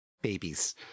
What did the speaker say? Babies